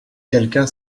quelqu’un